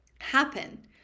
happen